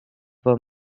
were